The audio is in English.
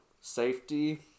safety